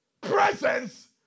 presence